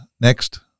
Next